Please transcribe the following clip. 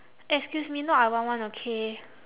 excuse me not I want [one] okay